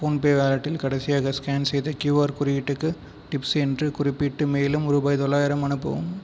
PhonePe வாலெட்டில் கடைசியாக scan செய்த கியூஆர் குறியீட்டுக்கு டிப்ஸ் என்று குறிப்பிட்டு மேலும் ரூபாய் தொள்ளாயிரம் அனுப்பவும்